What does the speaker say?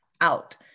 out